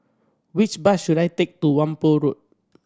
which bus should I take to Whampoa Road